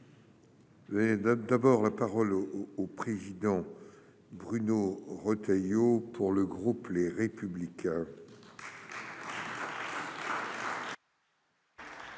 Oui, d'abord la parole au au président, Bruno Retailleau, pour le groupe Les Républicains.